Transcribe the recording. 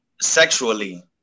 sexually